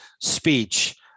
speech